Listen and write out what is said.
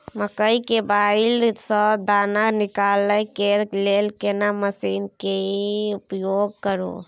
मकई के बाईल स दाना निकालय के लेल केना मसीन के उपयोग करू?